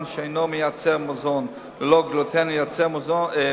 שאינו מייצר מזון ללא גלוטן לייצר מזון ללא גלוטן,